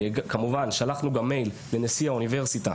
כמובן שלחנו גם מייל לנשיא האוניברסיטה